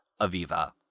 Aviva